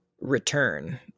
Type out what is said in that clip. return